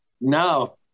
No